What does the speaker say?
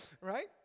Right